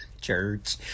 church